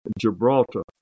Gibraltar